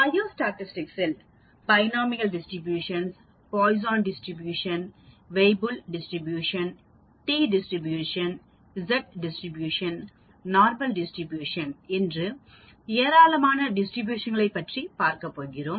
பயோஸ்டாடிஸ்டிக்ஸில் binomial distribution Poisson distribution Weibull distribution T distribution Z distribution normal distribution போன்ற ஏராளமான டிஸ்ட்ரிபியூஷன்களை பற்றி பார்க்கப் போகிறோம்